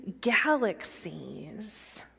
galaxies